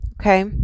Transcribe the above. Okay